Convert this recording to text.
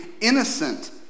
innocent